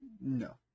No